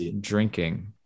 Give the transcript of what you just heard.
drinking